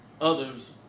others